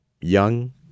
young